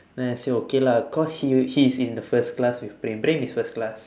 then I say okay lah cause he w~ he is in the first class with praem praem is first class